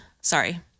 sorry